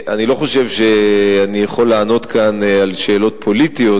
אני לא חושב שאני יכול לענות כאן על שאלות פוליטיות,